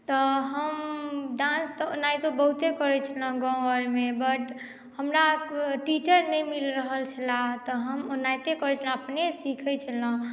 तऽ हम डांस तऽ ओनाहितो बहुते करैत छलहुँ गाँव आओरमे बट हमरा टीचर नहि मिल रहल छले तऽ हम ओनाहिते करैत छलहुँ अपने सीखैत छलहुँ